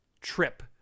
trip